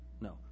No